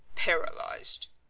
paralysed.